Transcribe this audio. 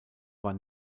war